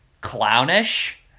clownish